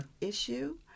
issue